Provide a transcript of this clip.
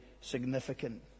significant